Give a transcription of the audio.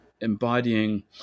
embodying